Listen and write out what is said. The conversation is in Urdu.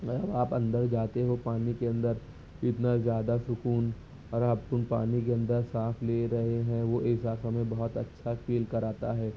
اگر آپ اندر جاتے ہو پانی کے اندر اتنا زیادہ سکون اور اپن پانی کے اندر سانس لے رہے ہیں وہ احساس ہمیں بہت اچھا فیل کراتا ہے